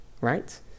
right